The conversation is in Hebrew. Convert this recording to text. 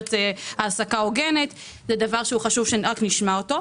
שמאפשרת העסקה הוגנת, זה דבר שחשוב שנשמע אותו.